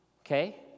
Okay